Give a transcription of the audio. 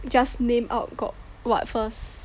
just name out got what first